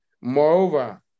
moreover